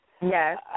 Yes